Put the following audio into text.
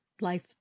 life